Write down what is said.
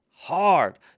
hard